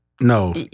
No